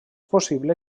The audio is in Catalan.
possible